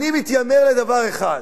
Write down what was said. אני מתיימר לדבר אחד: